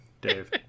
Dave